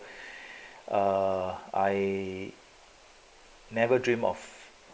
uh I never dream of